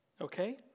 okay